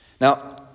Now